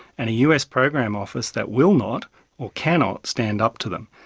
and a us program office that will not or cannot stand up to them.